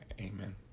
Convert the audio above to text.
Amen